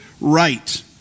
right